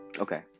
Okay